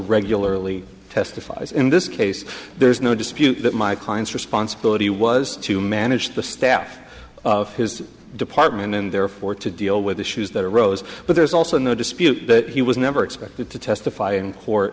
regularly testifies in this case there's no dispute that my client's responsibility was to manage the staff of his department and therefore to deal with issues that arose but there's also no dispute that he was never expected to testify